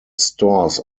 stores